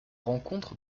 rencontre